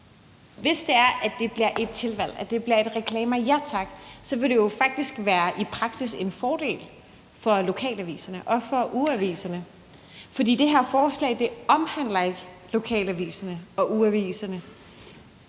Hvis det er, at det bliver et tilvalg, at det bliver et »Reklamer Ja Tak«, så vil det jo faktisk i praksis være en fordel for lokalaviserne og for ugeaviserne, for det her forslag omhandler ikke lokalaviserne og ugeaviserne.